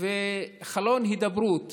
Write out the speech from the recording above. וחלון הידברות